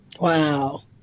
Wow